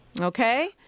Okay